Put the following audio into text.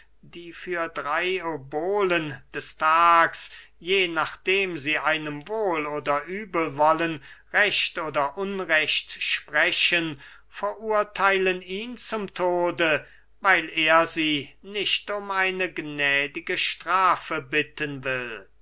die für drey obolen des tags je nachdem sie einem wohl oder übel wollen recht oder unrecht sprechen verurtheilen ihn zum tode weil er sie nicht um eine gnädige strafe bitten will